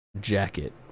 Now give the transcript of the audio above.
jacket